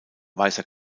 weißer